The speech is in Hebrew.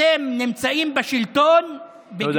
אתם נמצאים בשלטון, תודה.